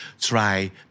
try